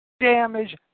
Damage